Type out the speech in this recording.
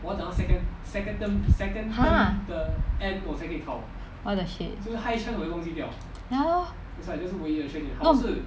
!huh! what the shit ya lor no